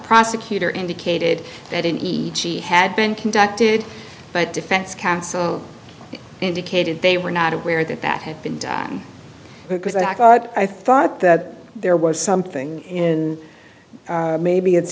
prosecutor indicated that in each he had been conducted but defense counsel indicated they were not aware that that had been done because i thought i thought that there was something in maybe it's